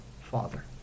Father